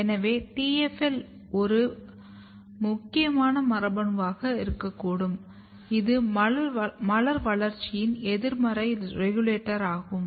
எனவே TFL1 ஒரு முக்கியமான மரபணுவாக இருக்கக்கூடும் இது மலர் வளர்ச்சியின் எதிர்மறை ரெகுலேட்டர் ஆகும்